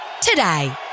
today